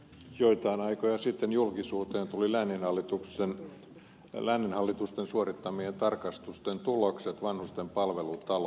joitain aikoja sitten julkisuuteen tuli lääninhallitusten vanhusten palvelutaloissa suorittamien tarkastusten tuloksia